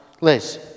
Liz